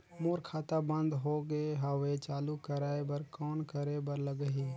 मोर खाता बंद हो गे हवय चालू कराय बर कौन करे बर लगही?